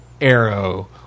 Arrow